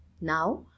now